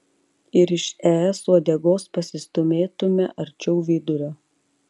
ir iš es uodegos pasistūmėtumėme arčiau vidurio